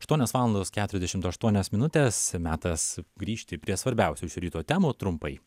aštuonios valandos keturiasdešimt aštuonios minutės metas grįžti prie svarbiausių šio ryto temų trumpai